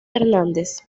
hernández